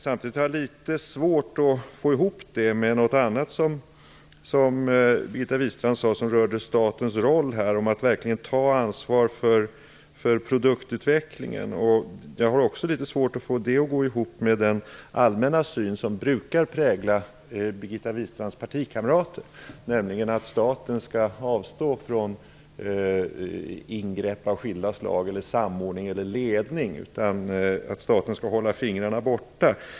Samtidigt har jag litet svårt att få ihop detta med något annat som Birgitta Wistrand sade som rörde statens roll och att man verkligen skall ta ansvar för produktutvecklingen. Jag har också litet svårt att få detta att gå ihop med den allmänna syn som brukar prägla Birgitta Wistrands partikamrater, nämligen att staten skall avstå från ingrepp av skilda slag, samordning eller ledning. Man anser att staten skall hålla fingrarna borta.